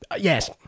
Yes